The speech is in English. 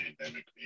pandemic